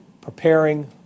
preparing